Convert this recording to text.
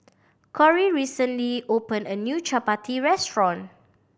Cory recently opened a new chappati restaurant